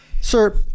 Sir